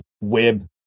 web